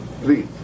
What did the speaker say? please